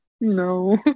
No